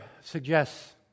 suggests